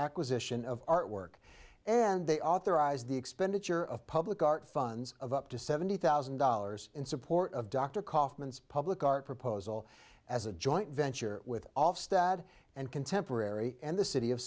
acquisition of artwork and they authorize the expenditure of public art funds of up to seventy thousand dollars in support of dr kaufman's public art proposal as a joint venture with all stad and contemporary and the city of